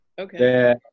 Okay